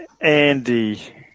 Andy